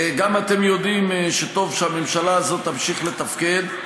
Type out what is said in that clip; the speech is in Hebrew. גם אתם יודעים שטוב שהממשלה הזאת תמשיך לתפקד,